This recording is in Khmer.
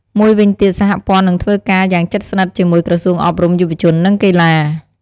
មួយវិញទៀតសហព័ន្ធនឹងធ្វើការយ៉ាងជិតស្និទ្ធជាមួយក្រសួងអប់រំ យុវជន និងកីឡា។